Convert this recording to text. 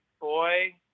boy